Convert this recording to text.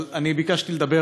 אבל אני ביקשתי לדבר